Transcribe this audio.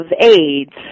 AIDS